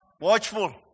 Watchful